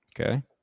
Okay